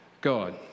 God